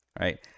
right